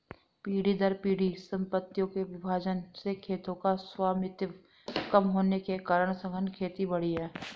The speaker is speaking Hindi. पीढ़ी दर पीढ़ी सम्पत्तियों के विभाजन से खेतों का स्वामित्व कम होने के कारण सघन खेती बढ़ी है